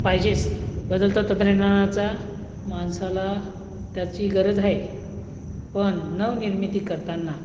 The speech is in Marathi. पाहिजेच बदलतं तंत्रज्ञानाचा माणसाला त्याची गरज आहे पण नवनिर्मिती करताना